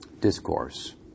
discourse